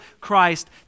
Christ